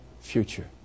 future